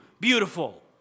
beautiful